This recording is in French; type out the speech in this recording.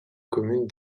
commune